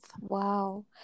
Wow